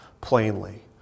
plainly